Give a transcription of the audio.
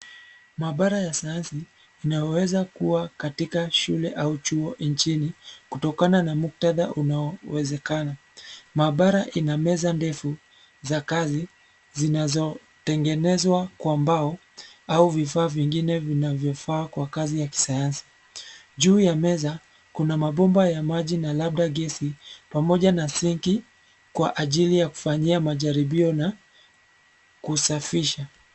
Maabara ya sayansi inayoweza kua katika shule au chuo nchini, kutokana na muktadha unao wezekana. Maabara ina meza ndefu za kazi zinazotengenezwa kwa mbao au vifaa vingine vinavyofaa kwa kazi ya kisanyansi. Juu ya meza kuna mabomba ya maji na labda gesi pamoja na sinki kwa ajili ya kufanyia majaribio na kusafisha.